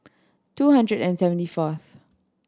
two hundred and seventy fourth